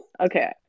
Okay